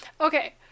Okay